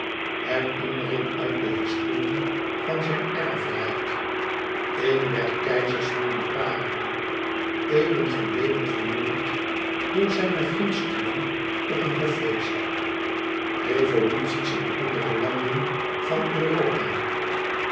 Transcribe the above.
herinnering uit de historie van zijn erfrijk een der keizers van liparië eeuwen geleden vermoord door zijn gunsteling op een hoffeest evolutie s in andere landen van europa